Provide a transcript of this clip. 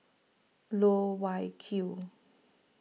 Loh Wai Kiew